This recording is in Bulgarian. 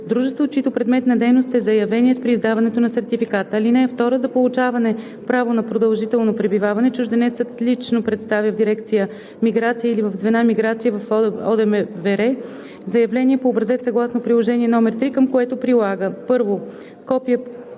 дружество, чиито предмет на дейност е заявеният при издаването на сертификата. (2) За получаване право на продължително пребиваване чужденецът лично представя в дирекция „Миграция“; или в Звена „Миграция“ в ОДМВР заявление по образец съгласно приложение № 3, към което прилага: 1. копие